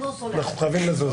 רגע,